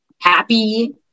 happy